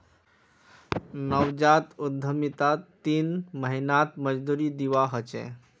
नवजात उद्यमितात तीन महीनात मजदूरी दीवा ह छे